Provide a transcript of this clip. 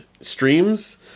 streams